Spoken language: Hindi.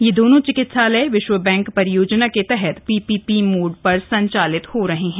ये दोनों चिकित्सालय विश्व बैंक परियोजना के तहत पीपीपी मोड पर संचालित हो रहे हैं